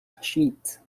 schmidt